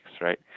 right